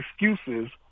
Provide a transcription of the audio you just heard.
excuses